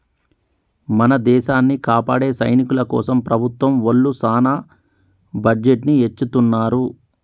మన దేసాన్ని కాపాడే సైనికుల కోసం ప్రభుత్వం ఒళ్ళు సాన బడ్జెట్ ని ఎచ్చిత్తున్నారు